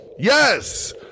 Yes